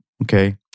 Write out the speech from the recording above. Okay